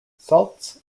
salts